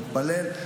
תתפלל.